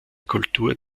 kultur